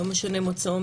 לא משנה מוצאו,